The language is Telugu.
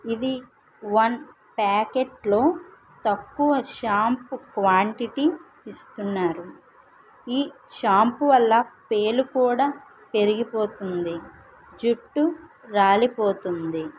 ఇది వన్ ప్యాకెట్ లో తక్కువ షాంపూ క్వాంటిటీ ఇస్తున్నారు ఈ షాంపూ వల్ల పేలు కూడా పెరిగిపోతుంది జుట్టు రాలిపోతుంది